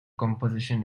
composition